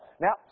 Now